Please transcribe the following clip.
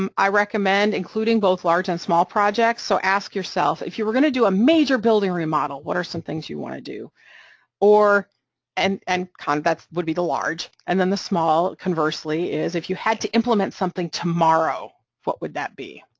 um i recommend including both large and small projects, so ask yourself, if you were going to do a major building remodel, what are some things you want to do or and and combat would be the large and then the small, conversely, is if you had to implement something tomorrow what would that be?